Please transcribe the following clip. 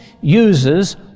uses